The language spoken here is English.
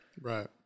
right